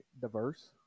diverse